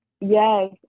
yes